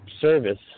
service